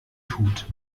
tut